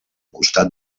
costat